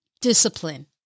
Discipline